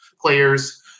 players